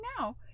now